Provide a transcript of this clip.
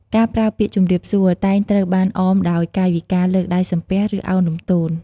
ការប្រើពាក្យ "ជំរាបសួរ" តែងត្រូវបានអមដោយកាយវិការលើកដៃសំពះ ឬឱនលំទោន។